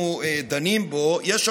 אבל אני חוזר לנקודה, תצביע